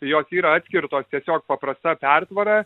jos yra atskirtos tiesiog paprasta pertvara